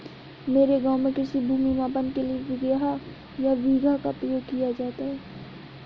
मेरे गांव में कृषि भूमि मापन के लिए बिगहा या बीघा का प्रयोग किया जाता है